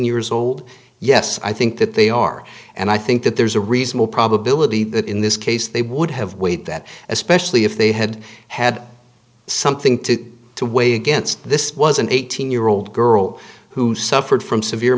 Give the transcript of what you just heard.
years old yes i think that they are and i think that there's a reasonable probability that in this case they would have weighed that especially if they had had something to to weigh against this was an eighteen year old girl who suffered from severe